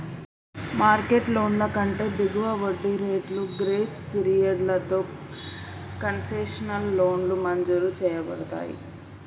market లోన్ల కంటే దిగువ వడ్డీ రేట్లు, గ్రేస్ పీరియడ్లతో కన్సెషనల్ లోన్లు మంజూరు చేయబడతయ్